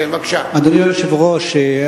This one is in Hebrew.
אדוני היושב-ראש,